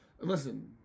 Listen